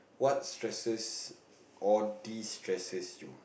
what stresses or destresses you